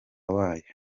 wayo